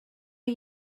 are